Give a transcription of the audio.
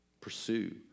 pursue